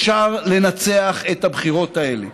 אפשר לנצח בבחירות האלה.